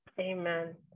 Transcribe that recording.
Amen